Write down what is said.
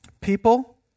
people